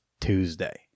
tuesday